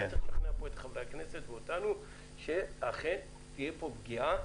צריך לשכנע פה את חברי הכנסת ואותנו שאכן תהיה פה פגיעה.